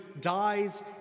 dies